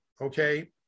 Okay